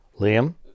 Liam